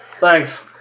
Thanks